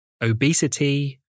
obesity